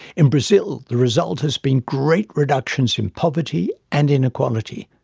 in brazil, the result has been great reductions in poverty and inequality,